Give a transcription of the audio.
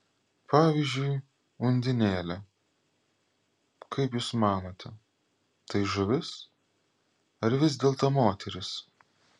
pavyzdžiui undinėlė kaip jūs manote tai žuvis ar vis dėlto moteris